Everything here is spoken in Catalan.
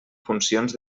funcions